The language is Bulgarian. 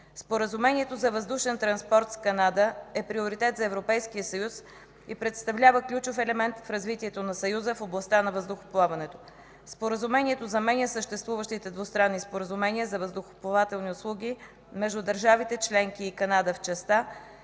Споразумението за въздушен транспорт с Канада е приоритет за Европейския съюз и представлява ключов елемент в развитието на съюза в областта на въздухоплаването. Споразумението заменя съществуващите двустранни споразумения за въздухоплавателни услуги между държавите членки и Канада в частта,